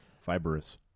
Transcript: fibrous